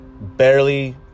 barely